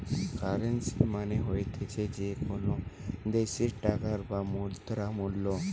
currency মানে হতিছে যে কোনো দ্যাশের টাকার বা মুদ্রার মূল্য